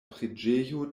preĝejo